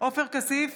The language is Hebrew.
עופר כסיף,